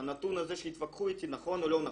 שהנתון הזה, שיתווכחו איתי, נכון או לא נכון.